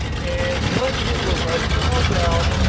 and what i did was i solved out